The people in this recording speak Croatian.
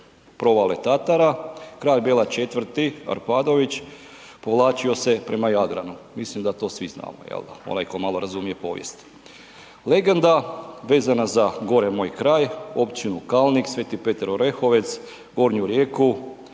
provale Tatara, kralj Bela IV Arpadović povlačio se prema Jadranu, mislim da to svi znamo, jel da, onaj tko malo razumije povijest. Legenda vezana za gore moj kraj općinu Kalnik, Sv.Petar Orehovec, Gornju Rijeku,